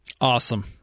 Awesome